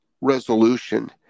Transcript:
resolution